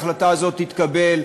ההחלטה הזאת תתקבל.